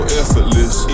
effortless